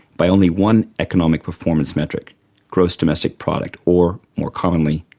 by only one economic performance metric gross domestic product or, more commonly,